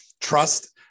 trust